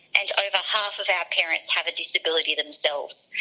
and over half of our parents have a disability themselves.